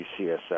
UCSF